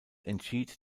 entschied